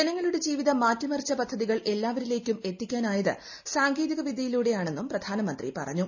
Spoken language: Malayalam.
ജനങ്ങളുടെ ജീവിതം മാറ്റിമറിച്ച പദ്ധതികൾ എല്ലാവരിലേക്കും എത്തിക്കാനായത് സാങ്കേതികവിദ്യയിലൂടെ ആണെന്നും പ്രധാനമന്ത്രി പറഞ്ഞു